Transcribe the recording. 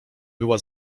była